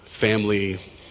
family